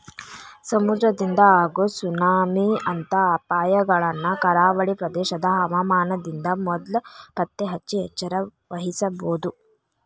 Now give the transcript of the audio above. ಸಮುದ್ರದಿಂದ ಆಗೋ ಸುನಾಮಿ ಅಂತ ಅಪಾಯಗಳನ್ನ ಕರಾವಳಿ ಪ್ರದೇಶದ ಹವಾಮಾನದಿಂದ ಮೊದ್ಲ ಪತ್ತೆಹಚ್ಚಿ ಎಚ್ಚರವಹಿಸಬೊದು